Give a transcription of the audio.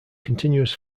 continuous